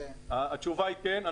התשובה היא כן.